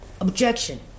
Objection